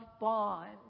bond